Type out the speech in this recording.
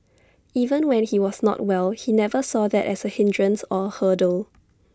even when he was not well he never saw that as A hindrance or A hurdle